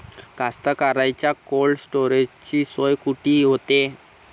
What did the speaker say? कास्तकाराइच्या कोल्ड स्टोरेजची सोय कुटी होते?